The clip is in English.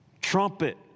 trumpet